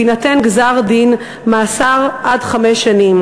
ויינתן גזר-דין מאסר עד חמש שנים.